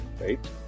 right